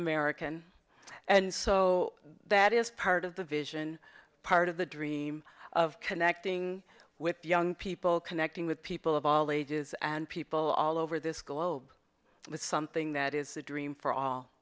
american and so that is part of the vision part of the dream of connecting with young people connecting with people of all ages and people all over this globe with something that is a dream for all